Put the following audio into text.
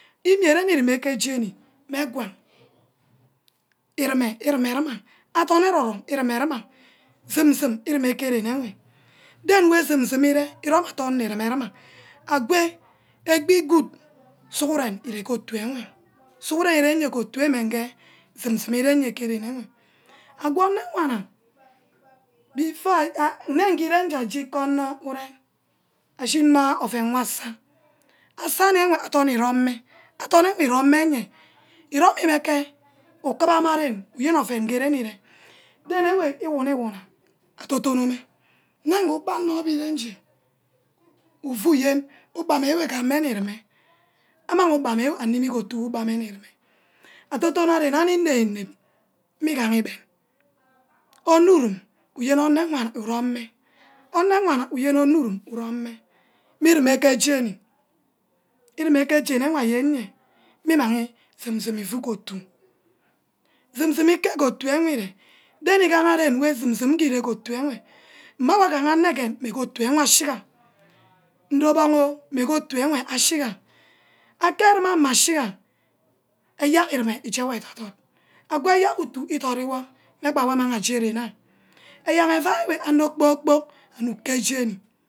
Imeren ireme ke j́eni mme kwang íríme irìmerìma adorn erum rum írímeria zoom zoom íríme ke ríme ewe den wey zoom zoom íre íroma don mí rímeríma akwe ebi good sughurene nní reme ke otu ewe sughurene ure ke etu ewe may ge zoom zoom irene ke ren ewe ago enewana before nne ngirear icha gágíke onor ure ashin mma oven wor asa asa ne adorn írome adorn we rome enye iromína ke ukuma ren uyen oven nge ren íre den ewe íwuna íwuna atorn torn meh nine nge uba wo íre nj́e ufu íyen ubamewor gameh nní reime amang uba meh wor anímí ke otu ní reme atorn torno ren amí ínem ínem ínem mmí gaha ígene ornurum urum mme mme urumeh ke j́ení ureime ke jení awa yen mme mmang zoom zoom ufu ke otu zoom zoom ítte ke otu ewe íre ren ígaha ren wey zoom zoom ngi rearer ke otu ewe mma awo agaha enegene ame ke otu ewe ashigang nedobong o meh ke otu ewe ashigang ake eme ashigang ayack urume íjewor edot dot ago eyak utu ídot íwoh mme bang ngaha amang j́e ren awo eyack efí onor kpor kpork anuck ke j́eni